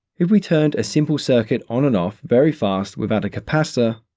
if we turned a simple circuit on and off very fast without a capacitor,